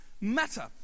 matter